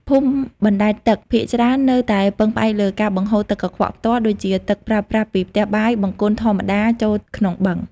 ភូមិបណ្ដែតទឹកភាគច្រើននៅតែពឹងផ្អែកលើការបង្ហូរទឹកកខ្វក់ផ្ទាល់ ដូចជាទឹកប្រើប្រាស់ពីផ្ទះបាយ បង្គន់ធម្មតាចូលក្នុងបឹង។